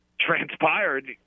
transpired